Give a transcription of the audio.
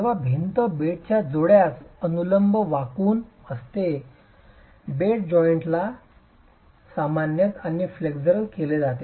जेव्हा भिंत बेडच्या जोड्यास अनुलंब वाकवून असते बेड जॉइंटला सामान्य आणि फ्लेक्स्युलर केले जाते